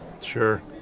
Sure